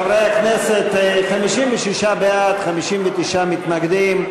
חברי הכנסת, 56 בעד, 59 מתנגדים.